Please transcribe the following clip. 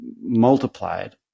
multiplied